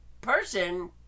person